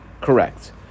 correct